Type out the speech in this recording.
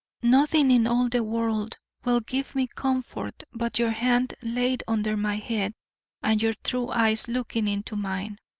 nothing in all the world will give me comfort but your hand laid under my head and your true eyes looking into mine.